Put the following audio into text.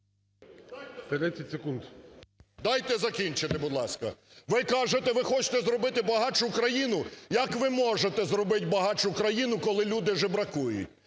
Дайте закінчити, будь ласка. Ви кажете, ви хочете зробити багатшу країну. Як ви можете зробити багатшу країну, коли люди жебракують?